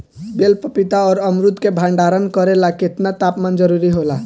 बेल पपीता और अमरुद के भंडारण करेला केतना तापमान जरुरी होला?